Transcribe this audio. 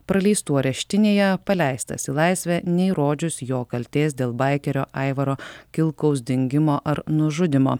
praleistų areštinėje paleistas į laisvę neįrodžius jo kaltės dėl baikerio aivaro kilkaus dingimo ar nužudymo